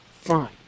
fine